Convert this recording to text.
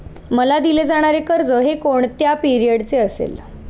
मला दिले जाणारे कर्ज हे कोणत्या पिरियडचे असेल?